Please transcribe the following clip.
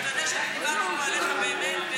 ואתה יודע שדיברנו עליך באמת בהערכה רבה.